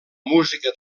música